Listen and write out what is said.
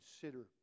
consider